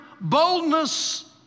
boldness